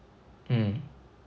mm